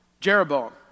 Jeroboam